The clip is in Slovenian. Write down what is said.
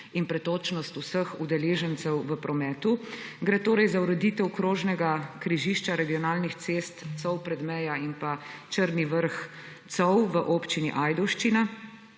in pretočnost vseh udeležencev v prometu. Gre torej za ureditev krožnega križišča regionalnih cest Col-Predmeja in pa Črni vrh–Col v občini Ajdovščina.